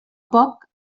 poc